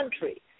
country